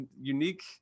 unique